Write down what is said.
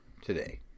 today